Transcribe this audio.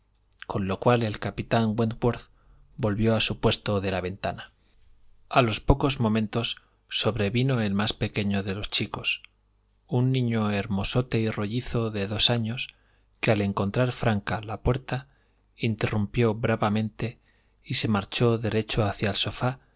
con lo cual el capitán wentworth volvió a su puesto de la ventana a los pocos momentos sobrevino el más pequeño de los chicos un niño hermosote y rollizo de dos años que al encontrar franca la puerta irrumpió bravamente y marchó derecho hacia el sofá